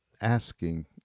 asking